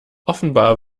offenbar